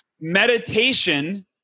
Meditation